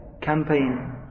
campaign